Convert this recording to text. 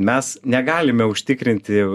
mes negalime užtikrinti